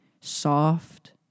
soft